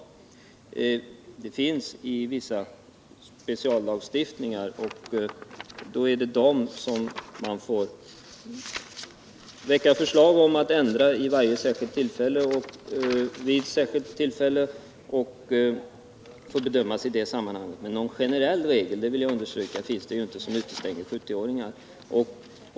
En sådan gräns finns i vissa speciallagstiftningar, och då är det dem man får väcka förslag om att ändra i varje särskilt fall. Sådana förslag får då bedömas i det sammanhanget. Någon generell regel — det vill jag understryka — finns inte som utestänger 70 åringar.